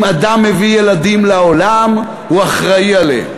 אם אדם מביא ילדים לעולם הוא אחראי עליהם.